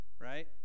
Right